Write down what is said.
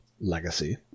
legacy